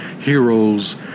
heroes